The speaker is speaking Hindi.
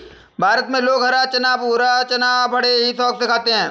भारत में लोग हरा चना और भुना चना बड़े ही शौक से खाते हैं